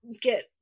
get